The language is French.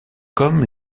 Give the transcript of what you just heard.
comme